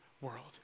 world